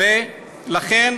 ולכן